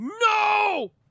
no